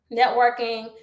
networking